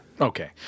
Okay